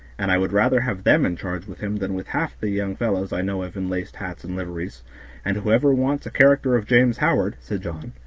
and i would rather have them in charge with him than with half the young fellows i know of in laced hats and liveries and whoever wants a character of james howard, said john,